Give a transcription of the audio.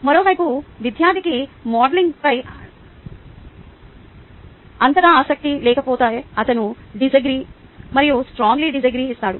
మరోవైపు విద్యార్థికి మోడలింగ్ పట్ల అంతగా ఆసక్తి లేకపోతే అతను డిస్అగ్రీ మరియు స్త్రొంగ్ల్య్ డిస్అగ్రీ ఇస్తాడు